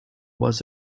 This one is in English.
was